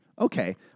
Okay